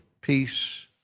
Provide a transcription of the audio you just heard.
peace